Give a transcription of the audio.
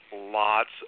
lots